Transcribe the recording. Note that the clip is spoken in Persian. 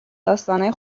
داستانای